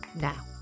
Now